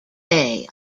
day